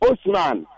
Osman